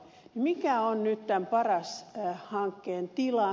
mikä on nyt tämän paras hankkeen tila